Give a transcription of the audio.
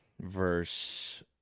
verse